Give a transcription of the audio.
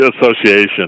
association